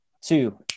two